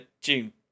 june